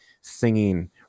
singing